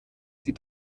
sie